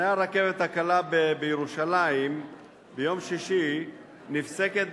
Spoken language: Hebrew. תנועת הרכבת הקלה בירושלים נפסקת ביום שישי בשעה